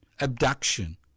abduction